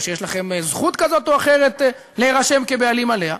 או שיש לכם זכות כזאת או אחרת להירשם כבעלים עליה,